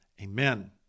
Amen